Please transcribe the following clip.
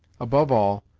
above all,